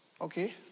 okay